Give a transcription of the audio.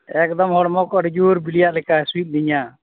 ᱮᱹᱠᱫᱚᱢ ᱦᱚᱲᱢᱚᱠᱚ ᱟᱹᱰᱤ ᱡᱳᱨ ᱵᱤᱞᱤᱭᱟᱫ ᱞᱮᱠᱟ ᱦᱟᱹᱥᱩᱭᱮᱫᱞᱤᱧᱟ